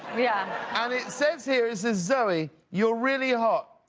yeah and it says here, zooey, you're really hot.